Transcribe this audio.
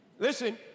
Listen